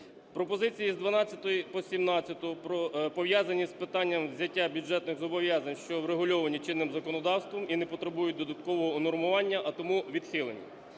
Пропозиції з 12-ї по 17-у пов'язані з питанням взяття бюджетних зобов'язань, що врегульовані чинним законодавством і не потребують додаткового унормування, а тому відхилені.